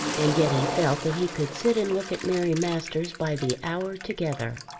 and yet he felt that he could sit and look at mary masters by the hour together.